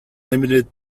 limited